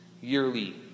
yearly